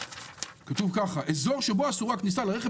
440 כתוב ככה: איזור שבו אסורה הכניסה לרכב